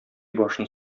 башын